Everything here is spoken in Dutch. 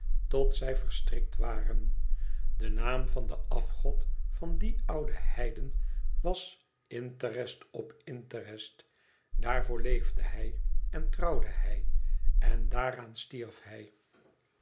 tot zij verstrikt waren de naam van den afgod van dien ouden heiden was interestop interest daarvoor leefde hij en trouwde hij en daaraan stierf hij